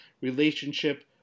relationship